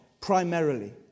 primarily